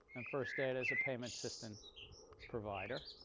and first data is a payment system provider.